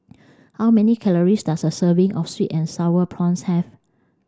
how many calories does a serving of sweet and sour prawns have